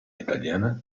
italiana